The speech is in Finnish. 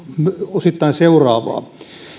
osittain seuraavaa